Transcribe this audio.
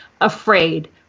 afraid